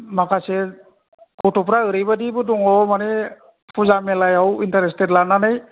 माखासे गथ'फ्रा ओरैबायदिबो दङ माने फुजा मेलायाव इन्टारेस्टेद लानानै